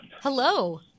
hello